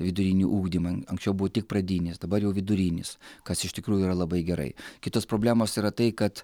vidurinį ugdymą anksčiau buvo tik pradinis dabar jau vidurinis kas iš tikrųjų yra labai gerai kitos problemos yra tai kad